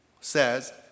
says